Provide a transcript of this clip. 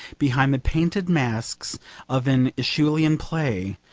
behind the painted masks of an aeschylean play,